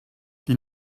die